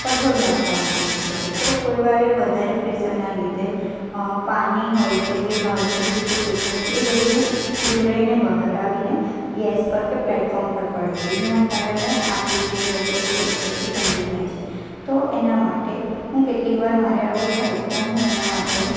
કઠોળ બાફવા માટે મૂકવી હોય તો કોઈ વારે વધારે વધારે પ્રેસરના લીધે પાણી હોય છે ભાત ખીચડી કે ચોખાનું એ બધું ઉભરાઈને બહાર આવીને ગેસ પર કે પ્લેટફોર્મ પર પડે છે જેના કારણે આપણું જે રસોડુ હોય છે એ ગંદુ થાય છે તો એના માટે હું કેટલીકવાર મારે આવું થાય તો હું એના માટે